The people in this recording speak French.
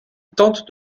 tente